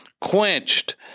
quenched